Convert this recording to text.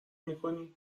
میکنی